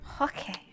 Okay